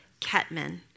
Ketman